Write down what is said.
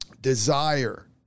desire